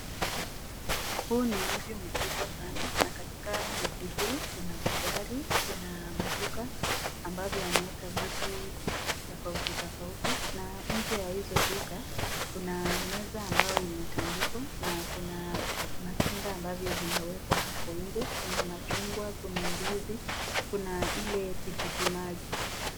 Huu ni mji mkubwa sana na katika mji huu kuna magari kuna maduka ambavyo wameeka vitu tofauti tofauti na inje ya hizo duka kuna meza ambayo imetandikwa na kuna matunda ambavyo vimewekwa hapo inje kuna machungwa, kuna ndizi, kuna ile tikiti maji.